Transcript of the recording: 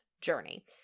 journey